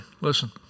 Listen